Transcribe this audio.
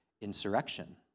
insurrection